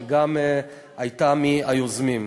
שגם הייתה מהיוזמים.